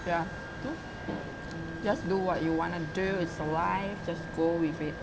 ya true just do what you wanna do it's your life just go with it